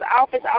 office